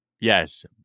Yes